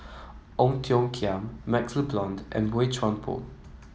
Ong Tiong Khiam MaxLe Blond and Boey Chuan Poh